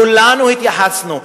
כולנו התייחסנו,